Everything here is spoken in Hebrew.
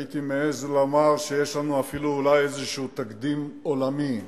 הייתי מעז לומר שיש לנו אפילו אולי איזה תקדים עולמי,